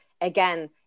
again